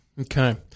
Okay